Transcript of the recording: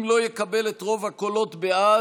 אם הוא לא יקבל את רוב הקולות בעד,